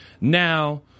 Now